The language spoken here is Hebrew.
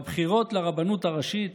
בבחירות לרבנות הראשית